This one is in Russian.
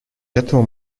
этого